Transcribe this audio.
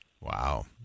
Wow